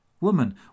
Woman